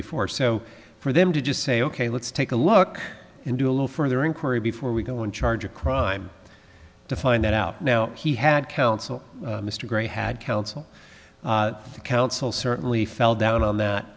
before so for them to just say ok let's take a look and do a little further inquiry before we go in charge of crime to find out now he had counsel mr grey had counsel to counsel certainly fell down on th